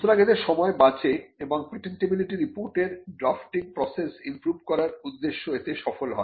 সুতরাং এতে সময় বাঁচে এবং পেটেন্টিবিলিটি রিপোর্টের ড্রাফটিং প্রসেস ইমপ্রুভ করার উদ্দেশ্য এতে সফল হয়